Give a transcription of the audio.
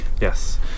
Yes